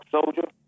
Soldier